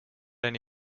any